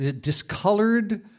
discolored